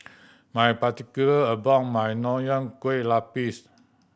my particular about my Nonya Kueh Lapis